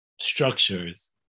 structures